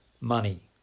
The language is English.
money